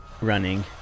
running